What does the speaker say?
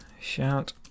shout